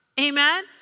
Amen